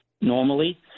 normally